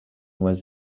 was